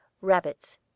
Rabbits